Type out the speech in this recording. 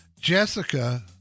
Jessica